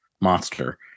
monster